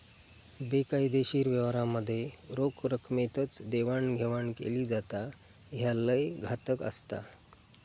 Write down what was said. बेकायदेशीर व्यवहारांमध्ये रोख रकमेतच देवाणघेवाण केली जाता, ह्या लय घातक असता